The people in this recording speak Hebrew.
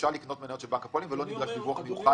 אפשר לקנות מניות של בנק הפועלים בלי שנדרש דיווח מיוחד?